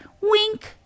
Wink